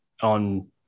on